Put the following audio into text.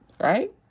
Right